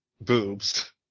boobs